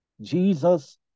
Jesus